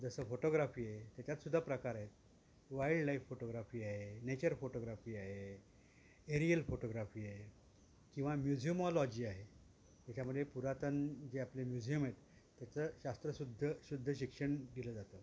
जसं फोटोग्राफी आहे त्याच्यात सुद्धा प्रकार आहे वाईल्डलाईफ फोटोग्राफी आहे नेचर फोटोग्राफी आहे एरियल फोटोग्राफी आहे किंवा म्युझियमॉलॉजी आहे त्याच्यामध्ये पुरातन जे आपले म्युझियम आहेत त्याचं शास्त्रशुद्ध शुद्ध शिक्षण दिलं जातं